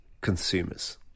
consumers